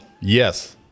Yes